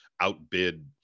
outbid